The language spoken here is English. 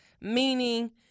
Meaning